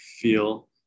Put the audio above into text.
feel